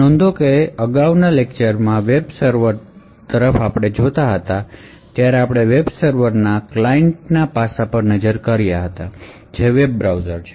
નોંધો કે અગાઉના લેક્ચરમાં આપડે વેબ સર્વર તરફ જોતા હતા ત્યારે આપણે વેબ સર્વર ના ક્લાયન્ટ પર નજર કરી હતી જે વેબ બ્રાઉઝર છે